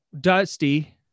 Dusty